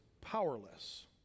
powerless